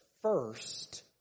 first